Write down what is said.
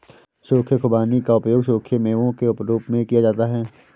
सूखे खुबानी का उपयोग सूखे मेवों के रूप में किया जाता है